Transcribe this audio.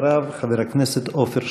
אחריו, חבר הכנסת עפר שלח.